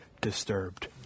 disturbed